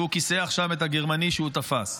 שהוא כיסח שם את הגרמני שהוא תפס.